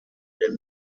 den